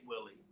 Willie